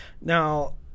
now